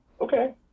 okay